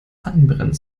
anbrennen